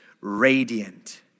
radiant